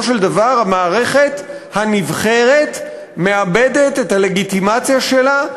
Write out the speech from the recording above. של דבר המערכת הנבחרת מאבדת את הלגיטימציה שלה,